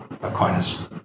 Aquinas